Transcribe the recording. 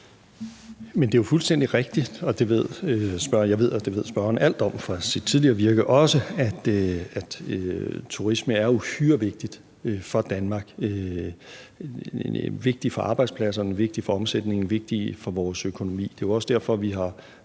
Men det er jo fuldstændig rigtigt, og jeg ved, at det ved spørgeren alt om fra sit tidligere virke, at turisme er uhyre vigtigt for Danmark – vigtigt for arbejdspladserne, vigtigt for omsætningen, vigtigt for vores økonomi. Det er også derfor, vi har